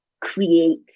create